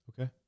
Okay